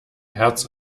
herz